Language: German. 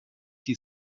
die